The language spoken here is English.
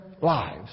lives